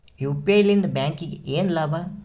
UPI ಲಿಂದ ಬ್ಯಾಂಕ್ಗೆ ಏನ್ ಲಾಭ?